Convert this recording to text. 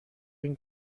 این